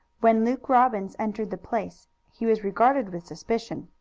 when luke robbins entered the place he was regarded with suspicion.